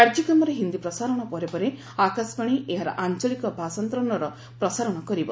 କାର୍ଯ୍ୟକ୍ରମର ହିନ୍ଦୀ ପ୍ରସାରଣ ପରେ ପରେ ଆକାଶବାଣୀ ଏହାର ଆଞ୍ଚଳିକ ଭାଷାନ୍ତରଣର ପ୍ରସାରଣ କରିବ